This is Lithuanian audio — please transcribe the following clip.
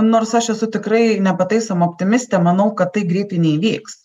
nors aš esu tikrai nepataisoma optimistė manau kad tai greitai neįvyks